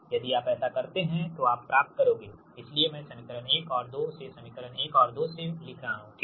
यदि आप ऐसा करते हैं तो आप प्राप्त करोगे इसीलिए मैं समीकरण 1 और 2 से समीकरण 1 और 2 से लिख रहा हूं ठीक